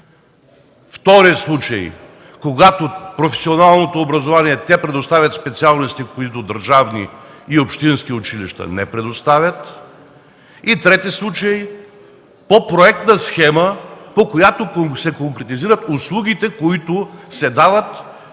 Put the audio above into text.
втория, когато в професионалното образование те предоставят специалности, които държавни и общински училища не предоставят, и третия случай – по проектна схема, по която се конкретизират услугите, които се дават